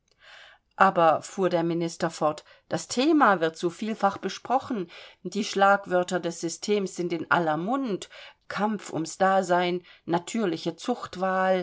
aber fuhr der minister fort das thema wird so vielfach besprochen die schlagwörter des systems sind in aller mund kampf ums dasein natürliche zuchtwahl